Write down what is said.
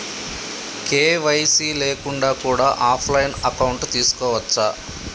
KYC లేకుండా కూడా offline account తీసుకోవచ్చా?